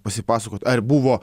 pasipasakot ar buvo